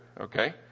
Okay